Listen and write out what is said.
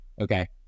Okay